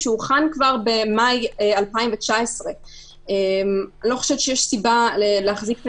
כשהוא הוכן כבר במאי 2019. אני לא חושבת שיש סיבה להחזיק את